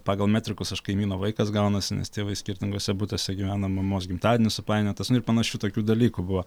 pagal metrikus aš kaimyno vaikas gaunasi nes tėvai skirtinguose butuose gyvena mamos gimtadienis supainiotas nu ir panašių tokių dalykų buvo